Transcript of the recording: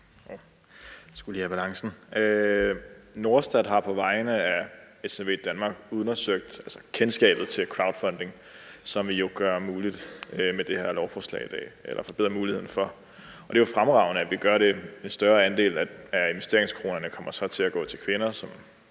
Norstat har på vegne af SMVdanmark undersøgt kendskabet til crowdfunding, som vi jo gør muligt med det her lovforslag i dag eller forbedrer muligheden for. Det er jo fremragende, at vi gør det. En større del af investeringskronerne kommer så til at gå til kvinder,